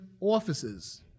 offices